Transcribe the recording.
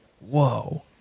whoa